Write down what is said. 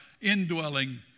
indwelling